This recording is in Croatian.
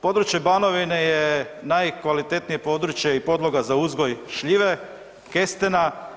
Područje Banovine je najkvalitetnije područje i podloga za uzgoj šljive, kestena.